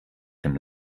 dem